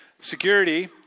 Security